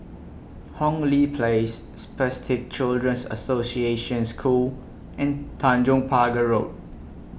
Hong Lee Place Spastic Children's Association School and Tanjong Pagar Road